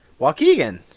Waukegan